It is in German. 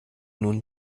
nun